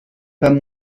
pas